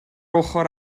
ochr